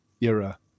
era